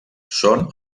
són